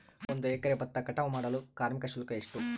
ಒಂದು ಎಕರೆ ಭತ್ತ ಕಟಾವ್ ಮಾಡಲು ಕಾರ್ಮಿಕ ಶುಲ್ಕ ಎಷ್ಟು?